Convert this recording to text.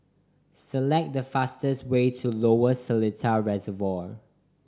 select the fastest way to Lower Seletar Reservoir